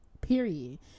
Period